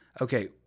Okay